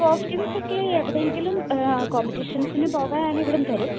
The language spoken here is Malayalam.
കോസ്റ്റുംസ് ഒക്കെ എവിടെ എങ്കിലും കോംപെറ്റീഷൻസിന് പോവാനാണെങ്കിൽ ഇവിടെ നിന്ന് തരും